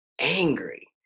angry